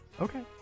Okay